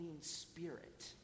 spirit